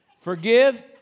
Forgive